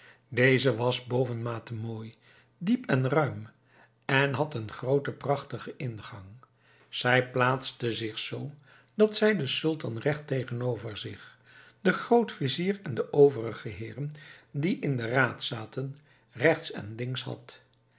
deze was bovenmate mooi diep en ruim en had een grooten prachtigen ingang zij plaatste zich zoo dat zij den sultan recht tegenover zich den grootvizier en de overige heeren die in den raad zaten rechts en links had